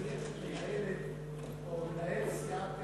מנהל סיעת